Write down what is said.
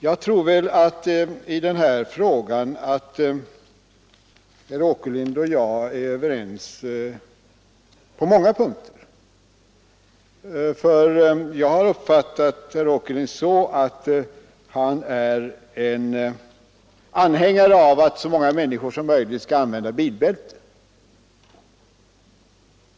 Jag tror att herr Åkerlind och jag är överens på många punkter i det här sammanhanget, för jag har uppfattat herr Åkerlind så, att han är anhängare av att så många människor som möjligt skall använda bilbälte.